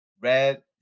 red